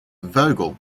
vogel